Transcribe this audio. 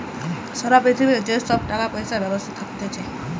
সারা পৃথিবীতে যে সব টাকা পয়সার ব্যবস্থা থাকতিছে